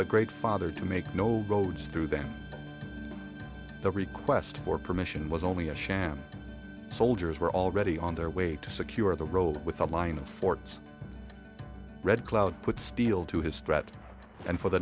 the great father to make no roads through them the request for permission was only a sham soldiers were already on their way to secure the road with a line of forts redcloud put steel to his threat and for the